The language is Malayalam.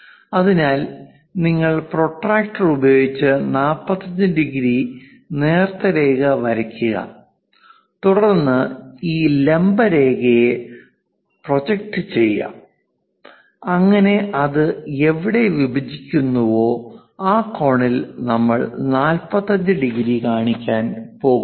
അതിനാൽ നിങ്ങൾ പ്രൊട്ടക്റ്റർ ഉപയോഗിച്ച് 45 ഡിഗ്രി നേർത്ത രേഖ വരയ്ക്കുക തുടർന്ന് ഈ ലംബ രേഖയെ പ്രൊജക്റ്റ് ചെയ്യുക അങ്ങനെ അത് എവിടെ വിഭജിക്കുന്നുവോ ആ കോണിൽ നമ്മൾ 45 ഡിഗ്രി കാണിക്കാൻ പോകുന്നു